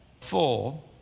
full